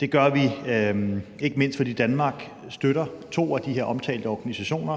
Det gør vi, ikke mindst fordi Danmark støtter to af de her omtalte organisationer,